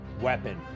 weapon